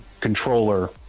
controller